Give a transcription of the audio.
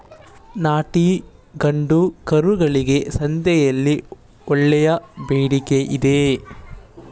ನಾಟಿ ಗಂಡು ಕರುಗಳಿಗೆ ಸಂತೆಯಲ್ಲಿ ಒಳ್ಳೆಯ ಬೇಡಿಕೆಯಿದೆ